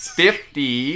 fifty